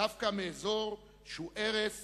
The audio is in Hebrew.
דווקא מאזור שהוא ערש